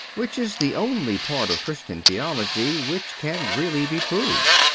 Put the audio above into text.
which is the only part of christian theology which can really be proved.